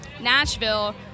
Nashville